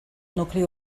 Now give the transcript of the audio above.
nucli